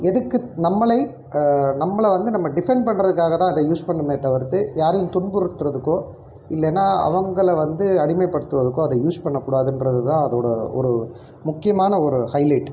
எதுக்கு நம்மளை நம்மளை வந்து நம்ம டிஃபெண்ட் பண்ணுறதுக்காகதான் அதை யூஸ் பண்ணணுமே தவிர்த்து யாரையும் துன்புறுத்துறதுக்கோ இல்லைனா அவங்களை வந்து அடிமைப்படுத்துவதுக்கோ அதை யூஸ் பண்ண கூடாதுன்றது தான் அதோட ய ஒரு முக்கியமான ஒரு ஹைலைட்